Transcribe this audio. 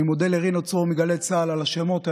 אני מודה לרינו צרור מגלי צה"ל על השמות האלה.